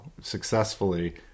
successfully